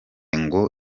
ngo